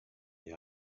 they